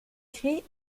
créer